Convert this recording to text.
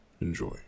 enjoy